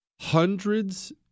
Hundreds